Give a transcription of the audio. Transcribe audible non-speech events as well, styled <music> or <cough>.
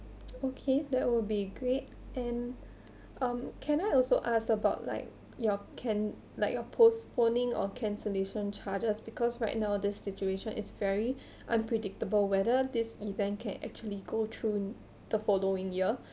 okay that will be great and um can I also ask about like your can like your postponing or cancellation charges because right now this situation is very <breath> unpredictable whether this event can actually go through the following year <breath>